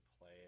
play